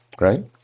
right